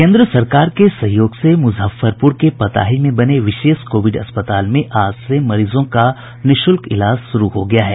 केंद्र सरकार के सहयोग से मुजफ्फरपुर के पताही में बने विशेष कोविड अस्पताल में आज से मरीजों का निःशुल्क इलाज शुरू हो गया है